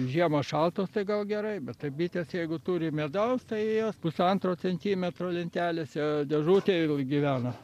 žiemos šaltos tai gal gerai bet tai bitės jeigu turi medaus tai jos pusantro centimetro lentelėse dėžutėj ir gyvena